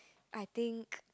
I think